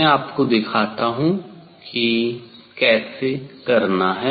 मैं आपको दिखाता हूँ कि कैसे करना है